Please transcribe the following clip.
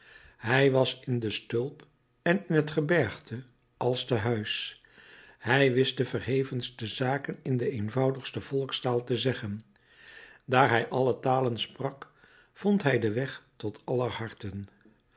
hij was in de stulp en in het gebergte als te huis hij wist de verhevenste zaken in de eenvoudigste volkstaal te zeggen daar hij alle talen sprak vond hij den weg tot aller harten